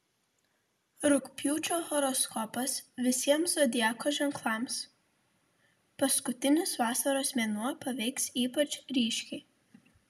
rugpjūčio horoskopas visiems zodiako ženklams paskutinis vasaros mėnuo paveiks ypač ryškiai